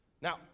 Now